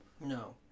No